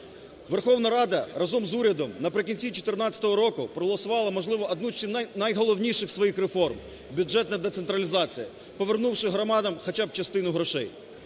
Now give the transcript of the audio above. Верховна Рада разом з урядом наприкінці 14 року проголосувала, можливо, одну з найголовніших своїх реформ – бюджетна децентралізація – повернувши громадам хоча б частину грошей.